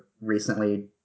recently